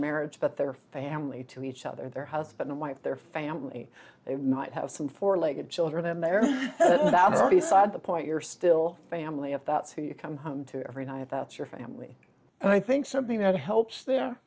marriage but their family to each other their husband wife their family they might have some four legged children in there that is beside the point you're still family if that's who you come home to every night that's your family and i think something that helps the